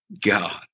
God